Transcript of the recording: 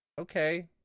Okay